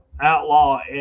outlaw